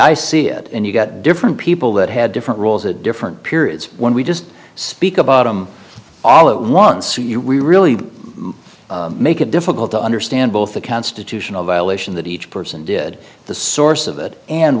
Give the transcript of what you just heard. i see it and you get different people that had different roles at different periods when we just speak about all it once you we really make it difficult to understand both the constitutional violation that each person did the source of it and